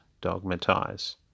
dogmatize